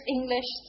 English